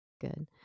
Good